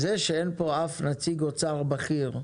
זה שאין פה אף נציג אוצר בכיר,